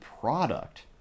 product